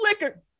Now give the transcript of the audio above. liquor